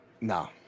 No